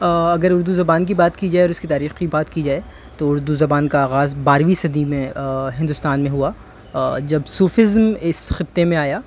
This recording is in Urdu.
اگر اردو زبان کی بات کی جائے اور اس کی تاریخ کی بات کی جائے تو اردو زبان کا آغاز بارہویں صدی میں ہندوستان میں ہوا جب صوفیزم اس خطے میں آیا